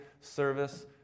service